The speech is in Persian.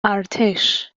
ارتش